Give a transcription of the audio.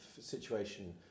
situation